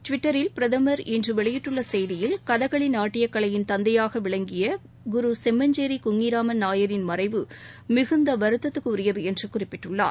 டுவிட்டரில் பிரதமர் இன்று வெளியிட்டுள்ள செய்தியில் கதகளி நாட்டியக் கலையின் தந்தையாக விளங்கிய குரு செம்மஞ்சேரி குஞ்ஞிராமன் நாயரின் மறைவு மிகுந்த வருத்தத்திற்குரியது என்று குறிப்பிட்டுள்ளார்